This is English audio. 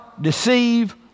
deceive